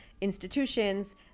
institutions